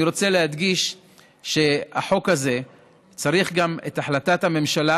אני רוצה להדגיש שהחוק הזה צריך גם את החלטת הממשלה,